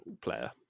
player